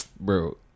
Bro